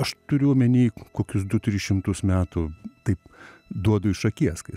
aš turiu omeny kokius du tris šimtus metų taip duodu iš akies kai